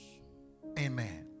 amen